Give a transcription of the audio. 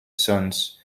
sons